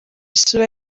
isura